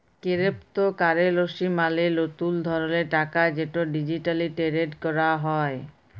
কেরেপ্তকারেলসি মালে লতুল ধরলের টাকা যেট ডিজিটালি টেরেড ক্যরা হ্যয়